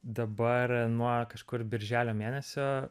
dabar nuo kažkur birželio mėnesio